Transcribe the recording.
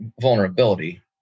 vulnerability